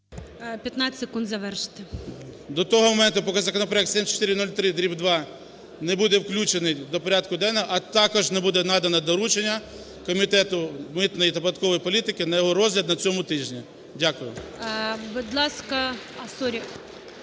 15 секунд завершити. МІРОШНІЧЕНКО І.В. До того моменту, поки законопроект 7403/2 не буде включений до порядку денного, а також не буде надане доручення Комітету митної та податкової політики на його розгляд, на цьому тижні. Дякую. ГОЛОВУЮЧИЙ. Будь ласка… Сорі.